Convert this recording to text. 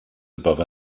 above